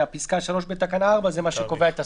ופסקה (3) בתקנה 4 זה מה שקובע את הסכום.